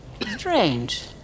Strange